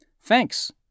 Thanks